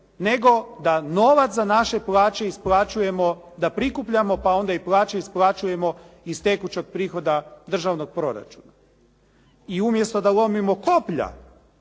nego da novac za naše plaće isplaćujemo, da prikupljamo pa onda i plaće isplaćujemo iz tekućeg prihoda državnog proračuna. I umjesto da lomimo koplja